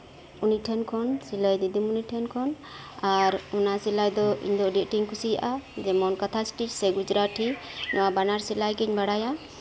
ᱩᱱᱤ ᱴᱷᱮᱱ ᱠᱷᱚᱱ ᱥᱤᱞᱟᱭ ᱫᱤᱫᱤᱢᱚᱱᱤ ᱴᱷᱮᱱ ᱠᱷᱚᱱ ᱟᱨ ᱚᱱᱟ ᱥᱤᱞᱟᱹᱭ ᱫᱚ ᱤᱧ ᱫᱚ ᱟᱹᱰᱤ ᱟᱸᱴ ᱜᱤᱧ ᱠᱩᱥᱤᱭᱟᱜᱼᱟ ᱡᱮᱢᱚᱱ ᱠᱟᱛᱷᱟ ᱤᱥᱴᱤᱪ ᱥᱮ ᱜᱩᱡᱨᱟᱴᱷᱤ ᱱᱚᱶᱟ ᱵᱟᱱᱟᱨ ᱥᱤᱞᱟᱹᱭ ᱜᱤᱧ ᱵᱟᱲᱟᱭᱟ